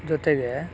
ಜೊತೆಗೆ